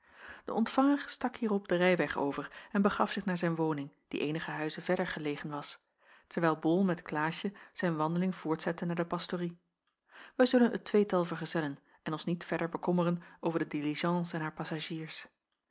de ontvanger stak hierop den rijweg over en begaf zich naar zijn woning die eenige huizen verder gelegen was terwijl bol met klaasje zijn wandeling voortzette naar de pastorie wij zullen het tweetal vergezellen en ons niet verder bekommeren over de diligence en haar passagiers